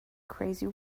crazy